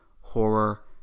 horror